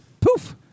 Poof